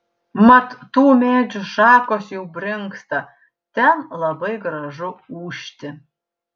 mat tų medžių šakos jau brinksta ten labai gražu ūžti